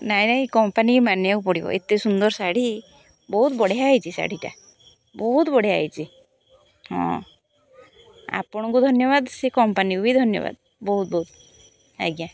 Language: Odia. ନାଇଁ ନାଇଁ କମ୍ପାନୀ ମାନିବାକୁ ପଡ଼ିବ ଏତେ ସୁନ୍ଦର ଶାଢ଼ି ବହୁତ ବଢ଼ିଆ ହୋଇଛି ଶାଢ଼ିଟା ବହୁତ ବଢ଼ିଆ ହୋଇଛି ହଁ ଆପଣଙ୍କୁ ଧନ୍ୟବାଦ ସେ କମ୍ପାନୀକୁ ବି ଧନ୍ୟବାଦ ବହୁତ ବହୁତ ଆଜ୍ଞା